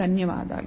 ధన్యవాదాలు